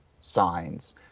signs